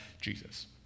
jesus